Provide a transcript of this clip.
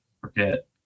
forget